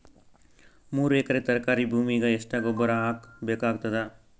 ಮೂರು ಎಕರಿ ತರಕಾರಿ ಭೂಮಿಗ ಎಷ್ಟ ಗೊಬ್ಬರ ಹಾಕ್ ಬೇಕಾಗತದ?